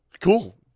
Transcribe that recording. cool